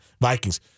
Vikings